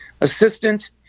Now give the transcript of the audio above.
assistant